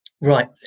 Right